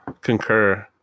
Concur